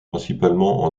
principalement